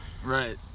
Right